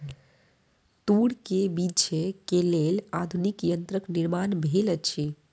तूर के बीछै के लेल आधुनिक यंत्रक निर्माण भेल अछि